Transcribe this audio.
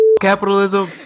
Capitalism